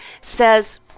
says